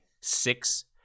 six